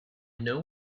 know